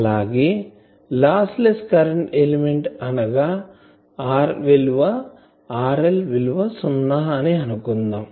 అలాగే lossless current element అనగా RL విలువ సున్నా అని అనుకుందాం